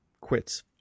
quits